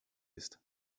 ist